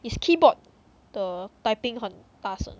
is keyboard the typing 很大声